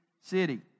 city